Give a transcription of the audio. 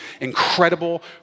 incredible